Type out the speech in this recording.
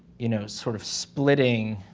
you know, sort of splitting.